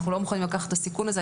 אנחנו לא מוכנים לקחת את הסיכון הזה.